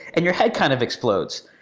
and your head kind of explodes.